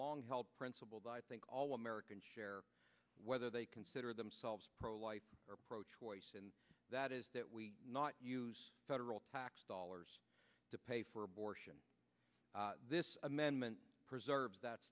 long held principle that i think all americans share whether they consider themselves pro life or pro choice and that is that we not use federal tax dollars to pay for abortion this amendment preserves that